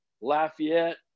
Lafayette